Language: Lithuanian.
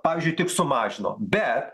pavyzdžiui tik sumažino bet